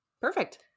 Perfect